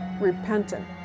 repentant